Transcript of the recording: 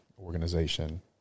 organization